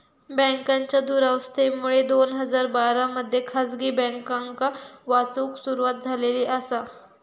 बँकांच्या दुरावस्थेमुळे दोन हजार बारा मध्ये खासगी बँकांका वाचवूक सुरवात झालेली आसा